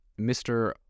mr